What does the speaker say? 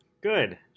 Good